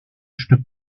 stück